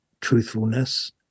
truthfulness